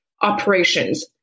operations